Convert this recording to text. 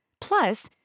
Plus